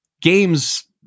games